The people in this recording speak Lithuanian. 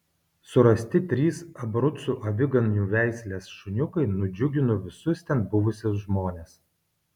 surasti trys abrucų aviganių veislės šuniukai nudžiugino visus ten buvusius žmones